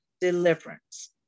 deliverance